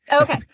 Okay